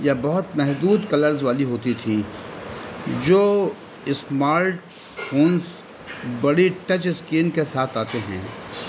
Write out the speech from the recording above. یا بہت محدود کلرز والی ہوتی تھی جو اسمارٹ فونس بڑی ٹچ اسکین کے ساتھ آتے ہیں